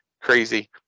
crazy